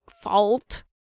fault